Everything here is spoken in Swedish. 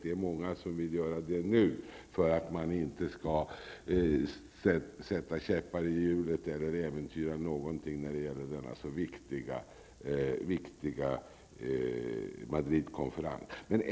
Det är många som vill göra det nu, för att man inte skall sätta käppar i hjulet eller äventyra någonting i samband med denna så viktiga Madridkonferens.